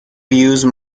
use